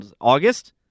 August